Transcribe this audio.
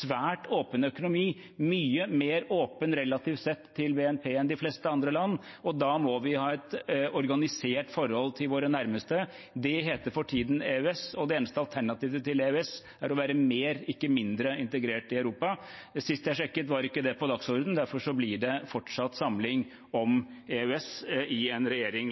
svært åpen økonomi, mye mer åpen relativt sett til BNP enn de fleste andre land. Da må vi ha et organisert forhold til våre nærmeste. Det heter for tiden EØS. Det eneste alternativet til EØS er å være mer – ikke mindre – integrert i Europa. Sist jeg sjekket, var ikke det på dagsordenen, og derfor blir det fortsatt samling om EØS i en regjering